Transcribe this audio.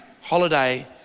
holiday